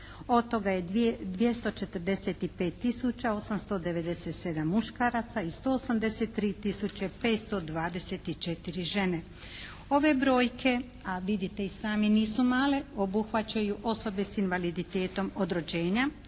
Od toga je 245 tisuća 897 muškaraca i 183 tisuće 524 žene. Ove brojke, a vidite i sami nisu male, obuhvaćaju osobe s invaliditetom od rođenja,